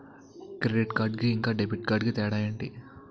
Credit card కి ఇంకా debit card కి తేడా ఏంటి?